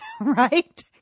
Right